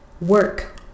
work